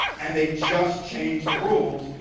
and they just changed the rules,